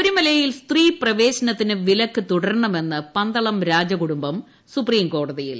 ശബരിമലയിൽ സ്ത്രീ പ്രവേശനത്തിന് വിലക്ക് തുടരണമെന്ന് പന്തളം രാജകുടുംബം സൂപ്രീം കോടതിയിൽ